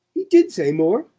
he did say more?